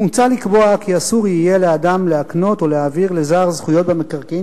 מוצע לקבוע כי אסור יהיה לאדם להקנות או להעביר לזר זכויות במקרקעין